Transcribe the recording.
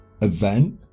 event